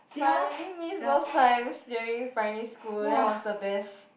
but I really miss those times during primary school that was the best